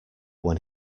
when